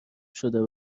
شده